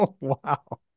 Wow